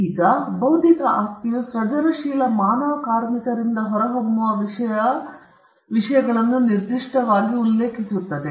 ಈಗ ಬೌದ್ಧಿಕ ಆಸ್ತಿಯು ಸೃಜನಶೀಲ ಮಾನವ ಕಾರ್ಮಿಕರಿಂದ ಹೊರಹೊಮ್ಮುವ ವಿಷಯಗಳನ್ನು ನಿರ್ದಿಷ್ಟವಾಗಿ ಉಲ್ಲೇಖಿಸುತ್ತದೆ